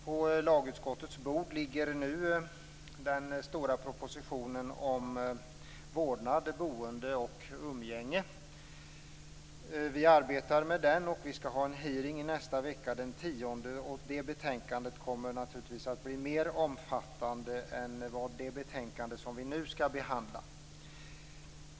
På lagutskottets bord ligger nu den stora propositionen om vårdnad, boende och umgänge. Vi arbetar med den, och vi skall ha en utfrågning i nästa vecka, den 10 februari. Det betänkandet kommer naturligtvis att bli mer omfattande än det betänkande som vi nu skall behandla.